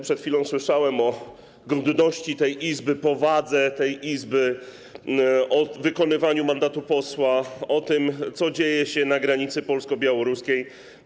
Przed chwilą słyszałem o godności tej Izby, powadze tej Izby, o wykonywaniu mandatu posła, o tym, co dzieje się na granicy polsko-białoruskiej.